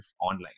online